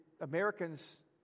Americans